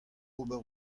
ober